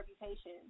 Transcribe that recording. reputation